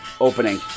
opening